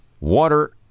Water